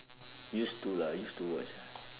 used to lah used to watch ah